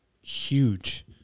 huge